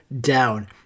down